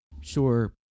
Sure